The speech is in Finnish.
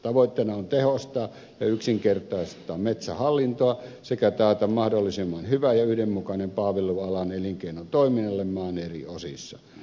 tavoitteena on tehostaa ja yksinkertaistaa metsähallintoa sekä taata mahdollisimman hyvä ja yhdenmukainen palvelu alan elinkeinotoiminnalle maan eri osissa